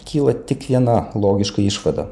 kyla tik viena logiška išvada